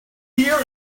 here